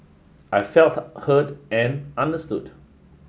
I felt heard and understood